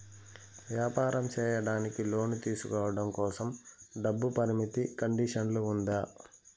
వ్యాపారం సేయడానికి లోను తీసుకోవడం కోసం, డబ్బు పరిమితి కండిషన్లు ఉందా?